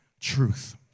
truth